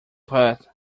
but